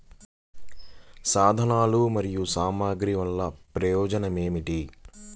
సాధనాలు మరియు సామగ్రి వల్లన ప్రయోజనం ఏమిటీ?